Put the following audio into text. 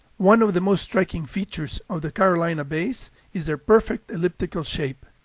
one of the most striking features of the carolina bays is their perfect elliptical shape.